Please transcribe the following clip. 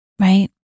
Right